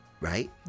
Right